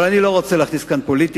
אבל אני לא רוצה להכניס כאן פוליטיקה,